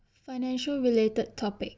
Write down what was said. financial related topic